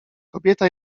kobieta